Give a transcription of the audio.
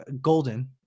Golden